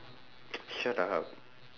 shut up